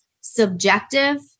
subjective